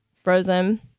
frozen